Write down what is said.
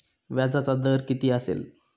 व्याजाचा दर किती असेल?